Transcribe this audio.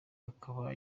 akaba